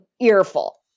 earful